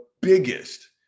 biggest